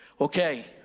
okay